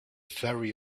very